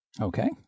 Okay